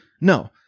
No